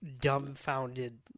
dumbfounded